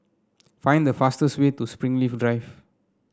find the fastest way to Springleaf Drive